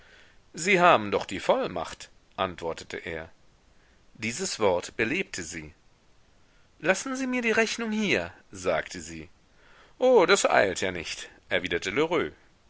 sie haben doch die vollmacht antwortete er dieses wort belebte sie lassen sie mir die rechnung hier sagte sie o das eilt ja nicht erwiderte